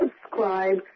subscribe